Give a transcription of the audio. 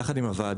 יחד עם הוועדות,